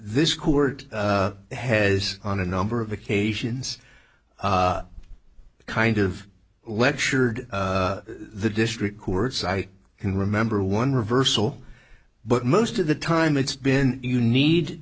this court has on a number of occasions kind of lectured the district courts i can remember one reversal but most of the time it's been you need